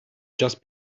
just